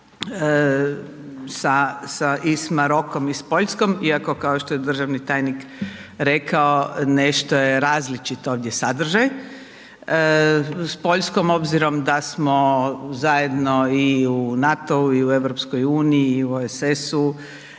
sa i s Marokom i s Poljskom, iako, kao što je državni tajnik rekao, nešto je različito ovdje sadržaj. S Poljskom, obzirom da smo zajedno i u NATO-u i u EU i OSS-u,